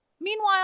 Meanwhile